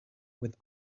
with